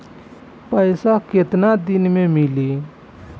पैसा केतना दिन में मिली?